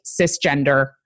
cisgender